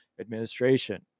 administration